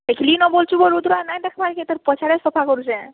ଦେଖିଲିନ୍ ବୋଲୁଛୁ ବୋ ରୁଦ୍ରା ନାଇଁ ଦେଖବାର୍ କେ ତୋର୍ ପଛାଡ଼େ ସଫା କରୁଛେଁ